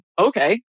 okay